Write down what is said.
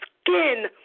skin